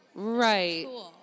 Right